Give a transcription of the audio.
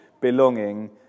belonging